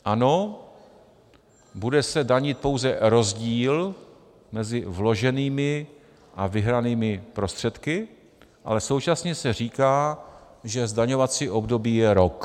Ano, bude se danit pouze rozdíl mezi vloženými a vyhranými prostředky, ale současně se říká, že zdaňovací období je rok.